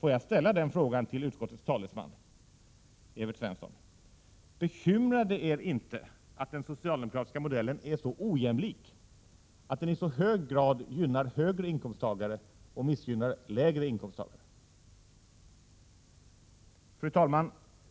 Får jag ställa en fråga till utskottets talesman Evert Svensson: Bekymrar det inte er att den socialdemokratiska modellen är så ojämlik, att den i så hög grad gynnar höginkomsttagare och missgynnar låginkomsttagare?